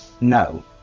No